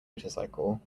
motorcycle